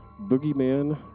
Boogeyman